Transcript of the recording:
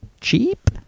cheap